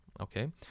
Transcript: Okay